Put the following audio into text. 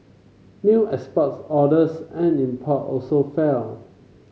new exports orders and import also fell